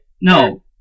No